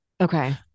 Okay